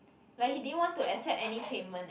like he didn't want to accept any payment leh